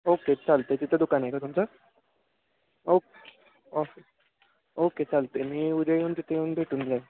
okay चालत आहे तिथं दुकान आहे का तुमचं ओक ओके ओके चालत आहे मी उद्या येऊन तिथं येऊन भेटून जाईल